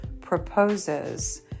proposes